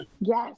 Yes